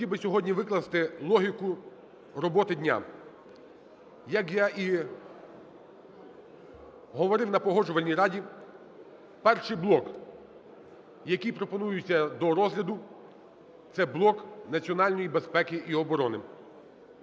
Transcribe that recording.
хотів би сьогодні викласти логіку роботи дня. Як я і говорив на Погоджувальній раді, перший блок, який пропонується до розгляду, – це блок національної безпеки і оборони.